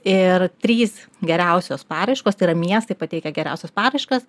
ir trys geriausios paraiškos tai yra miestai pateikę geriausias paraiškas